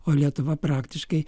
o lietuva praktiškai